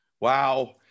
wow